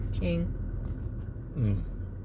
King